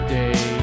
day